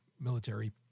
military